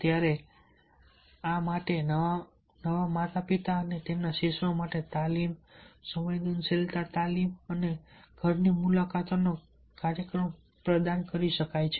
તેથી આ માટે નવા માતા પિતા અને તેમના શિશુઓ માટે તાલીમ સંવેદનશીલતા તાલીમ અને ઘરની મુલાકાતનો કાર્યક્રમ પ્રદાન કરી શકાય છે